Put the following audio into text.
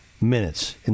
minutes